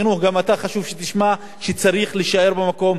להושיט עזרה לאדם שנפגע,